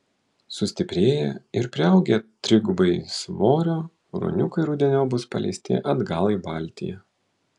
sustiprėję ir priaugę trigubai svorio ruoniukai rudeniop bus paleisti atgal į baltiją